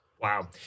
Wow